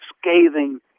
scathing